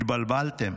התבלבלתם.